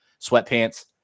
sweatpants